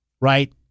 right